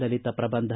ಲಲಿತ ಪ್ರಬಂಧ